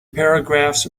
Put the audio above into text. paragraphs